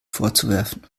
vorzuwerfen